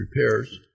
repairs